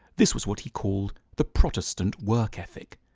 this was what he called the protestant work ethic.